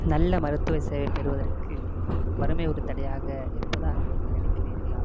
நல்ல மருத்துவ சேவை பெறுவதற்கு வறுமை ஒரு தடையாக இருப்பதாக நீங்கள் நினைக்கிறீர்களா